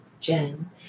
Jen